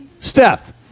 Steph